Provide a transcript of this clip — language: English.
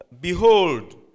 Behold